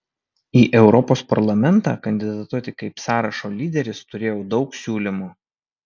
į europos parlamentą kandidatuoti kaip sąrašo lyderis turėjau daug siūlymų